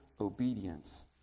obedience